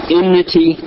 enmity